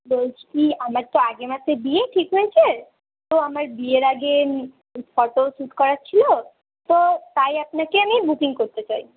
বলছি কি আমার তো আগের মাসে বিয়ে ঠিক হয়েছে তো আমার বিয়ের আগে ফটো স্যুট করার ছিল তো তাই আপনাকে আমি বুকিং করতে চাই